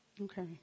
Okay